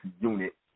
unit